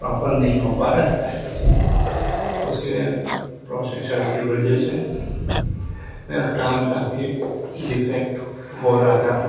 proper नहीं हो पा रहा था उसके प्रोसेसर की वजह से मेरा काम काफ़ी डिफेक्ट हो रहा था